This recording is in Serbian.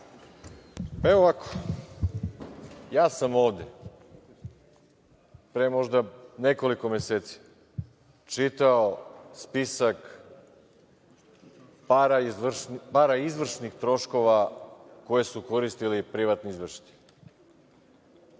Ovako, ja sam ovde pre možda nekoliko meseci čitao spisak para izvršnih troškova koje su koristili privatni izvršitelji.